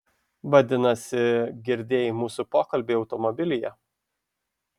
vadinasi girdėjai mūsų pokalbį automobilyje